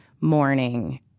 morning